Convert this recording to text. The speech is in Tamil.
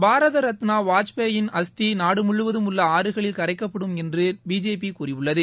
பாரத் ரத்னா வாஜ்பேயின் அஸ்தியை நாடு முழுவதும் உள்ள ஆறுகளில் கரைக்கப்படும் என்று பிஜேபி கூறியுள்ளது